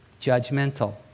judgmental